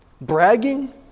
Bragging